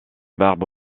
barbe